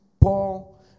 Paul